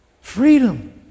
Freedom